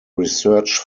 research